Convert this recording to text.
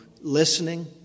listening